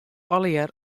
allegear